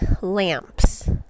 lamps